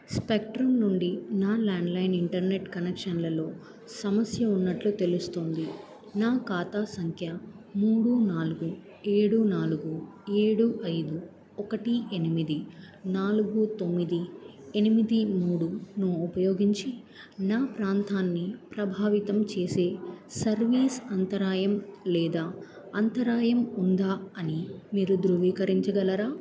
spectrum నుండి నా landline internet కనెక్షన్లలో సమస్య ఉన్నట్లు తెలుస్తుంది నా ఖాతా సంఖ్య మూడు నాలుగు ఏడు నాలుగు ఏడు ఐదు ఒకటి ఎనిమిది నాలుగు తొమ్మిది ఎనిమిది మూడు ను ఉపయోగించి నా ప్రాంతాన్ని ప్రభావితం చేసే సర్వీస్ అంతరాయం లేదా అంతరాయం ఉందా అని మీరు ధృవీకరించగలరా